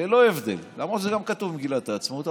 למרות שזה גם כתוב במגילת העצמאות,